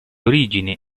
origini